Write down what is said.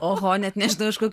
oho net nežinau iš kokių